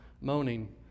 moaning